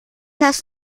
das